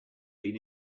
been